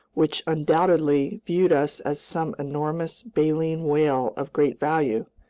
which undoubtedly viewed us as some enormous baleen whale of great value.